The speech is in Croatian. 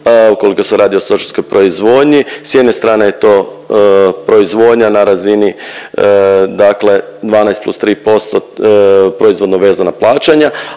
ukoliko se radi o stočarskoj proizvodnji. S jedne strane je to proizvodnja na razini dakle 12+3% proizvodno vezan na plaćanja,